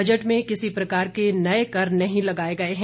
budget में किसी प्रकार के नए कर नहीं लगाए गए हैं